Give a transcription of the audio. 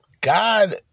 God